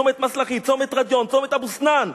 צומת אבו-סנאן,